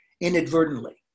inadvertently